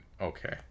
okay